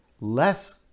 less